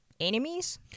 enemies